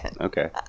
okay